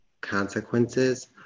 consequences